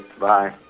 bye